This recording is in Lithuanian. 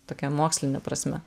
tokia moksline prasme